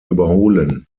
überholen